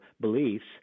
beliefs